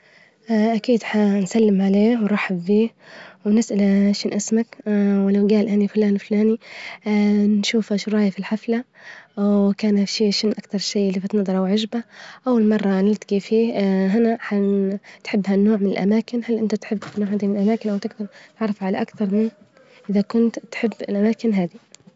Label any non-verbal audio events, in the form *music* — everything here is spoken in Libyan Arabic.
أكيد *hesitation* هنسلم عليه ونرحب بيه، ونسأله *hesitation* شنواسمك، *hesitation* ولوجال أنا فلان الفلاني، *hesitation* نشوفه إش رأيه في الحفلة؟ و *hesitation* كان ها الشي شنوأكثر شي لفت نظره أوعجبه؟ أول مرة نلتجي فيه هنا هنن- تحب ها النوع من الأماكن؟ هل أنت تحب النوع هذي *noise* من الأماكن؟ أوتجدر إنك تتعرف أكثر منه إذا كنت تحب الأماكن هذه.